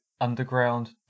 underground